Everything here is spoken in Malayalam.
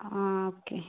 ആ ഓക്കെ